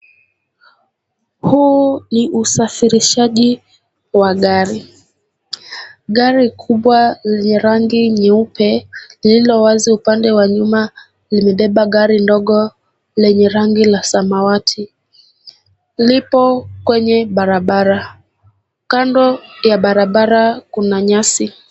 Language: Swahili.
Huu ni usafirishaji wa gari. Gari kubwa lenye rangi nyeupe lililowazi limebeba gari ndogo lenye rangi ya samawati. Kando ya barabara kuna nyasi.